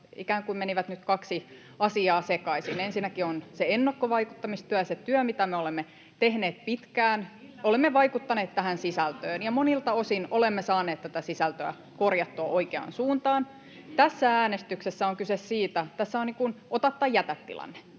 ikään kuin menivät nyt kaksi asiaa sekaisin. Ensinnäkin on se ennakkovaikuttamistyö, se työ, mitä me olemme tehneet pitkään. [Sari Sarkomaa: Millä kannalla!] Olemme vaikuttaneet tähän sisältöön, ja monilta osin olemme saaneet tätä sisältöä korjattua oikeaan suuntaan. Tässä äänestyksessä on kyse siitä, että tässä on ikään kuin ota tai jätä -tilanne